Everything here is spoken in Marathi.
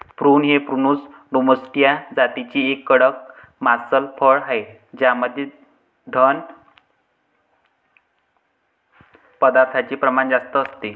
प्रून हे प्रूनस डोमेस्टीया जातीचे एक कडक मांसल फळ आहे ज्यामध्ये घन पदार्थांचे प्रमाण जास्त असते